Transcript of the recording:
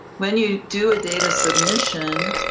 when you do a data submission,